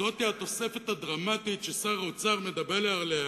זאת היא התוספת הדרמטית ששר האוצר מדבר עליה,